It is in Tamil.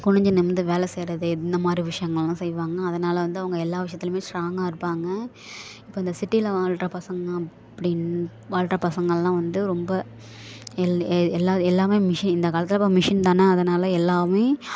குனிஞ்சு நிமிர்ந்து வேலை செய்கிறது இந்தமாதிரி விஷயங்கள்லாம் செய்வாங்க அதனால் வந்து அவங்க எல்லா விஷயத்துலேயுமே ஸ்ட்ராங்காக இருப்பாங்க இப்போ இந்த சிட்டியில் வாழுற பசங்க அப்படின் வாழுற பசங்கள்லாம் வந்து ரொம்ப எல் எ எல்லா எல்லாமே மிஷின் இந்த காலத்தில் இப்போ மிஷின் தான் அதனால் எல்லாமே